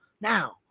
now